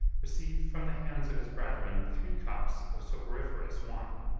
received from the hands of his brethren three cups of soporiferous wine.